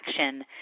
action